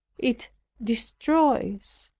it destroys.